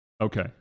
Okay